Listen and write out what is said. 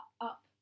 up